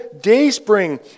Dayspring